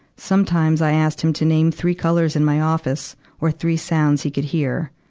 sometimes i asked him to name three colors in my office or three sounds he could hear.